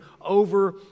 over